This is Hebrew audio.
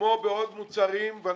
כמו בעוד מוצרים,